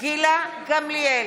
גילה גמליאל,